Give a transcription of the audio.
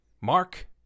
Mark